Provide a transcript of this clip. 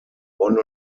bonn